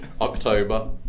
October